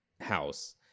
house